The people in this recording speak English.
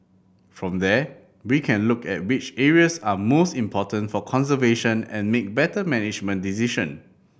from there we can look at which areas are most important for conservation and make better management decision